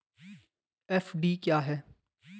FD क्या है?